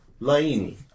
Laini